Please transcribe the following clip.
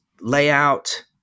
layout